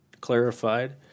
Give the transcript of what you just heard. clarified